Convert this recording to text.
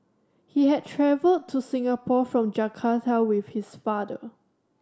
he had travelled to Singapore from Jakarta with his father